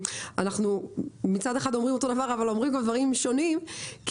שאנחנו מצד אחד אומרים אותו דבר אבל אומרים גם דברים שונים כי